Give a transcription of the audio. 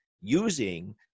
using